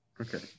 Okay